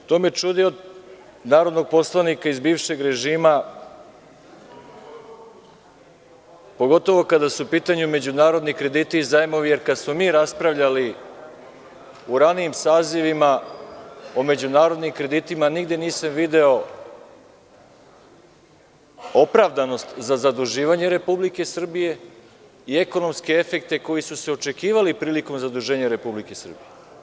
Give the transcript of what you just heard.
To me čudi od narodnog poslanika iz bivšeg režima, pogotovo kada su u pitanju međunarodni krediti i zajmovi, jer kada smo mi raspravljali u ranijim sazivima o međunarodnim kreditima nigde nisam video opravdanost za zaduživanje Republike Srbije i ekonomske efekte koji su se očekivali prilikom zaduženja Republike Srbije.